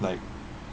like